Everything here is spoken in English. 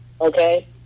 Okay